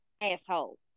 asshole